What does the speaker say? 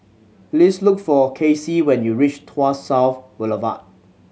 please look for Kasey when you reach Tuas South Boulevard